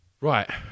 Right